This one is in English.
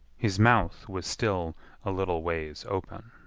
his mouth was still a little ways open.